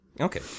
Okay